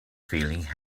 feeling